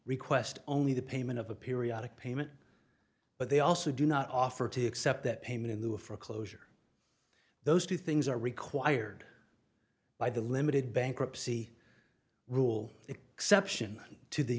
request only the payment of a periodic payment but they also do not offer to accept that payment in the a for a closure those two things are required by the limited bankruptcy rule exception to the